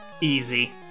Easy